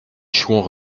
chouans